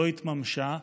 לא התממשה,